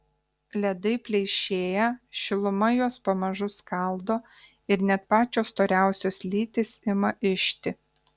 ledai pleišėja šiluma juos pamažu skaldo ir net pačios storiausios lytys ima ižti